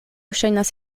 ŝajnas